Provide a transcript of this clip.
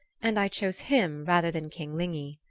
and i chose him rather than king lygni.